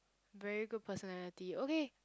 very good personality okay